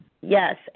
yes